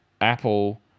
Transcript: Apple